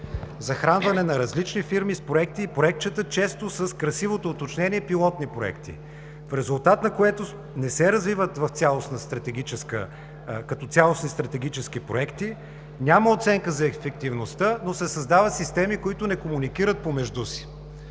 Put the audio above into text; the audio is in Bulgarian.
захранване на различни фирми с проекти и проектчета често с красивото уточнение „пилотни проекти“, в резултат на което не се развиват като цялостни стратегически проекти, няма оценка за ефективността, но се създават системи, които не комуникират помежду си,